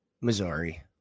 Missouri